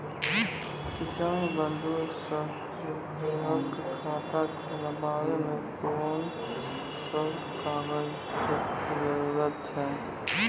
किसान बंधु सभहक खाता खोलाबै मे कून सभ कागजक जरूरत छै?